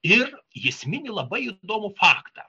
ir jis mini labai įdomų faktą